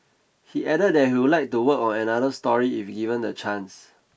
he added that he would like to work on another story if given the chance